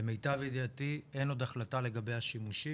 למיטב ידיעתי אין עוד החלטה לגבי השימושים,